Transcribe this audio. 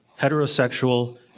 heterosexual